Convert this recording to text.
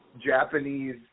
Japanese